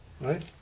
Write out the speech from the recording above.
Right